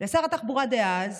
לשר התחבורה דאז